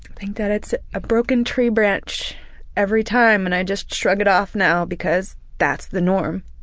think that it's a broken tree branch every time and i just shrug it off now because that's the norm.